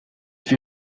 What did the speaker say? fut